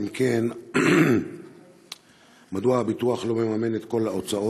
2. אם כן, מדוע הביטוח לא מממן את כל ההוצאות?